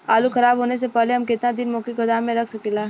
आलूखराब होने से पहले हम केतना दिन वोके गोदाम में रख सकिला?